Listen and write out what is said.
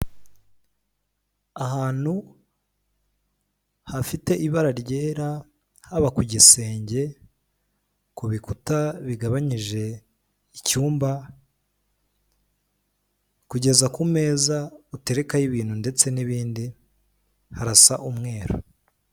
Ahantu hafite ibara ryera haba ku gisenge, ku bikuta bigabanyije icyumba kugeza ku meza uterekaho ibintu ndetse n'ibindi harasa umweru.